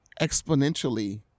exponentially